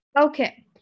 Okay